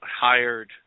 hired